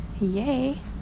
yay